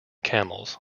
camels